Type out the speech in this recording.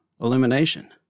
elimination